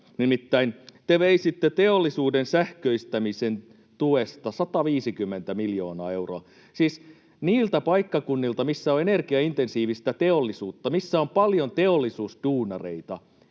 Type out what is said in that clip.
Nimittäin te veisitte teollisuuden sähköistämisen tuesta 150 miljoonaa euroa, siis niiltä paikkakunnilta, missä on energiaintensiivistä teollisuutta, missä on paljon teollisuusduunareita.